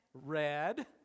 red